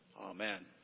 Amen